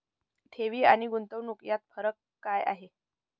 ठेवी आणि गुंतवणूक यात फरक काय आहे?